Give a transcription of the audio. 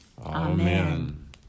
Amen